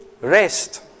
rest